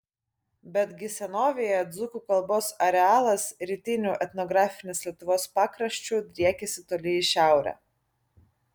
betgi senovėje dzūkų kalbos arealas rytiniu etnografinės lietuvos pakraščiu driekėsi toli į šiaurę